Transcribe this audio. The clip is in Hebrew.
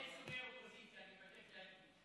אני רוצה להגיד תודה